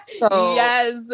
Yes